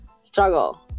struggle